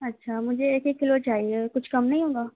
اچھا مجھے ایک ایک کلو چاہیے کچھ کم نہیں ہوگا